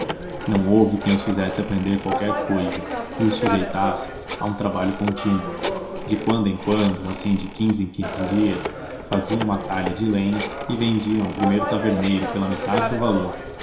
não houve quem os fizesse aprender qualquer cousa e os sujeitasse a um trabalho contínuo de quando em quando assim de quinze em quinze dias faziam uma talha de lenha e vendiam ao primeiro taverneiro pela metade do valor